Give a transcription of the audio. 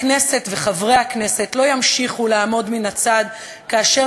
הכנסת וחברי הכנסת לא ימשיכו לעמוד מן הצד כאשר